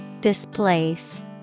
Displace